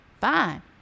Fine